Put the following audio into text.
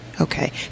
Okay